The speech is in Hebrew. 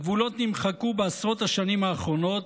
הגבולות נמחקו בעשרות השנים האחרונות,